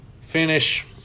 finish